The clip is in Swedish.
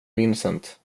vincent